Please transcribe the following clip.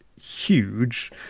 huge